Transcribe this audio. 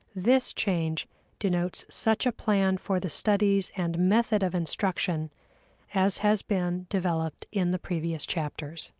this change denotes such a plan for the studies and method of instruction as has been developed in the previous chapters